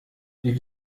wie